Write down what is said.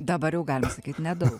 dabar jau galima sakyt nedau